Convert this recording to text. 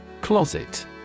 Closet